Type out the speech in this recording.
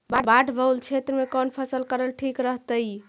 बाढ़ बहुल क्षेत्र में कौन फसल करल ठीक रहतइ?